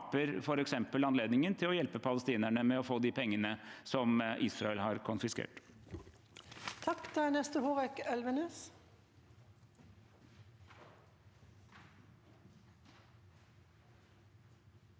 f.eks. anledningen til å hjelpe palestinerne med å få de pengene som Israel har konfiskert?